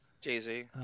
Jay-Z